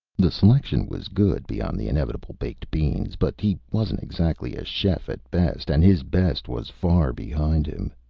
the selection was good, beyond the inevitable baked beans but he wasn't exactly a chef at best, and his best was far behind him.